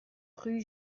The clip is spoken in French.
rue